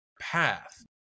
path